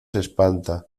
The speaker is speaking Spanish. espanta